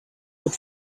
good